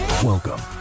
Welcome